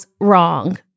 wrong